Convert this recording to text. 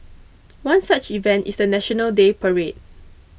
one such event is the National Day parade